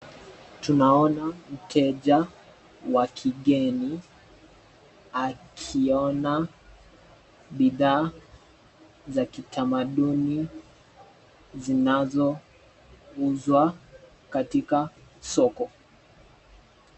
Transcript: Tunaona mteja wa kigeni akiona bidhaa za kitamaduni zinazo uzwa katika soko.